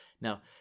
Now